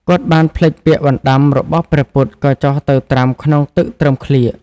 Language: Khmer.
គាត់បានភ្លេចពាក្យបណ្ដាំរបស់ព្រះពុទ្ធ ក៏ចុះទៅត្រាំក្នុងទឹកត្រឹមក្លៀក។